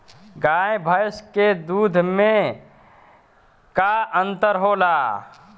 गाय भैंस के दूध में का अन्तर होला?